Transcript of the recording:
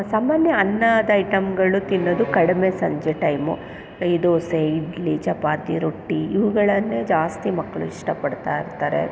ಸಾಮಾನ್ಯ ಅನ್ನದ ಐಟಮ್ಗಳನ್ನು ತಿನ್ನೋದು ಕಡಿಮೆ ಸಂಜೆ ಟೈಮು ಈ ದೋಸೆ ಇಡ್ಲಿ ಚಪಾತಿ ರೊಟ್ಟಿ ಇವುಗಳನ್ನೇ ಜಾಸ್ತಿ ಮಕ್ಕಳು ಇಷ್ಟಪಡ್ತಾಯಿರ್ತಾರೆ